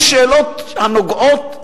יש שאלות הנוגעות לזהותנו,